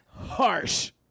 Harsh